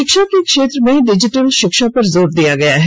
शिक्षा के क्षेत्र में डिजिटल शिक्षा पर जोर दिया गया है